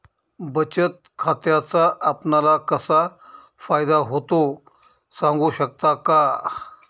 बचत खात्याचा आपणाला कसा फायदा होतो? सांगू शकता का?